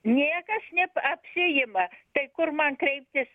niekas nebapsiima tai kur man kreiptis